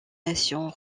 nations